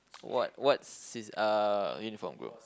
what what c_c uh uniform group